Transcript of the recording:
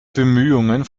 bemühungen